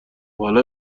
حالا